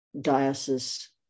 diocese